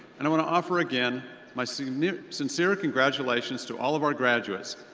and i'm gonna offer again my sincere sincere congratulations to all of our graduates.